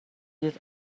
did